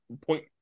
Point